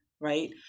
right